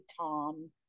Tom